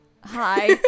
hi